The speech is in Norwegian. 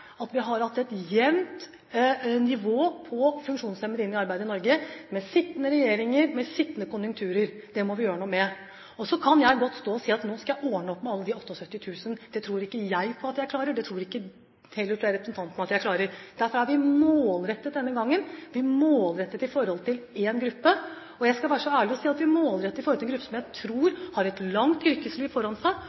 at vi har hatt et jevnt nivå på funksjonshemmede inn i arbeid i Norge, med skiftende regjeringer, med skiftende konjunkturer. Det må vi gjøre noe med. Så kan jeg godt stå og si at nå skal jeg ordne opp med alle de 78 000. Det tror ikke jeg på at jeg klarer. Det tror heller ikke representanten at jeg klarer. Derfor er vi målrettet denne gangen. Vi er målrettet i forhold til én gruppe, og jeg skal være så ærlig og si at vi målretter i forhold til en gruppe som jeg tror har et langt yrkesliv foran seg,